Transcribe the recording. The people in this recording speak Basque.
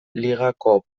ligako